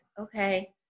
okay